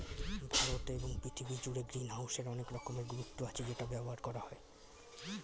ভারতে এবং পৃথিবী জুড়ে গ্রিনহাউসের অনেক রকমের গুরুত্ব আছে যেটা ব্যবহার করা হয়